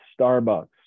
Starbucks